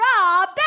Rob